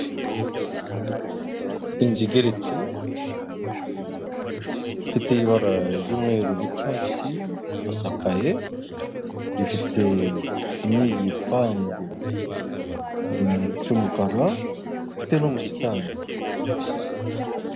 Inzu igeretse ifite ibara ry'umweru n'icyatsi, irakaye ifite n'igipangu cy'umukara ifite n'ubusitani.